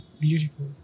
Beautiful